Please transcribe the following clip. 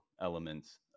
elements